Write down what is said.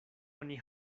oni